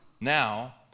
now